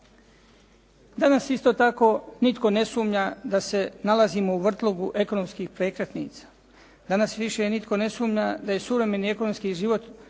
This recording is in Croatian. Danas isto tako nitko ne sumnja da se nalazimo u vrtlogu ekonomskih prekretnica, danas više nitko ne sumnja da je suvremeni ekonomski život